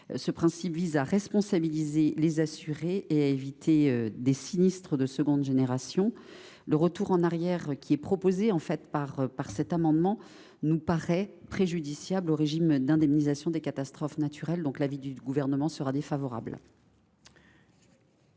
Ce principe vise à responsabiliser les assurés et à éviter des sinistres de seconde génération. Le retour en arrière qu’entraînerait l’adoption de cet amendement nous paraît préjudiciable pour le régime d’indemnisation des catastrophes naturelles. L’avis du Gouvernement est donc défavorable.